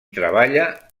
treballa